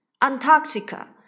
Antarctica